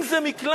אם זה מקלט,